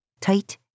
tight